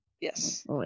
yes